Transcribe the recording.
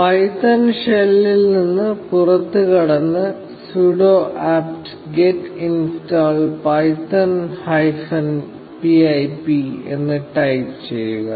Python ഷെല്ലിൽ നിന്ന് പുറത്തുകടന്ന് 'sudo apt get install python hyphen pip' എന്ന് ടൈപ്പ് ചെയ്യുക